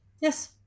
Yes